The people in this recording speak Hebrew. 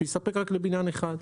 שיספק רק לבניין אחד.